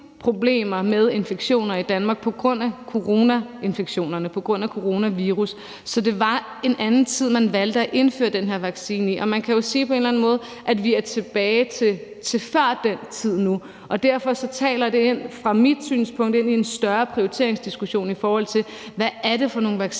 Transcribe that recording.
problemer med infektioner i Danmark på grund af coronainfektionerne, på grund af coronavirus. Så det var en anden tid, man valgte at indføre den her vaccine i. Og man kan jo sige, at vi på en eller anden måde er tilbage til før den tid nu, og derfor taler det set fra mit synspunkt ind i en større prioriteringsdiskussion om, hvad det er for nogle vacciner,